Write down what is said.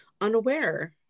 unaware